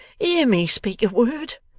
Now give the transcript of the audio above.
hear me speak a word.